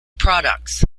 products